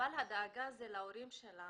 אבל הדאגה זה להורים שלנו.